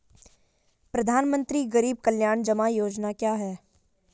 प्रधानमंत्री गरीब कल्याण जमा योजना क्या है?